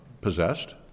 possessed